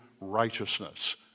righteousness